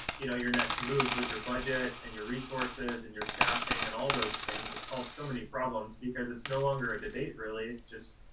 you know your next moves with your budget, and your resources, and your staffing, and all of those things. it solves so many problems, because it's no longer a debate really. it's just,